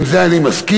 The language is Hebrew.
עם זה אני מסכים.